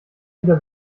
wieder